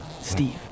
Steve